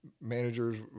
Managers